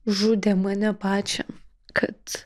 žudė mane pačią kad